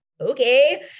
okay